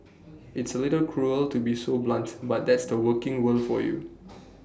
it's A little cruel to be so blunt but that's the working world for you